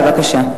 בבקשה.